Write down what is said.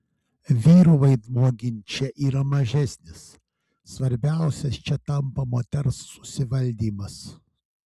vyro vaidmuo ginče yra mažesnis svarbiausias čia tampa moters susivaldymas